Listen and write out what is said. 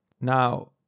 Now